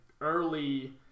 early